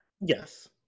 Yes